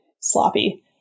sloppy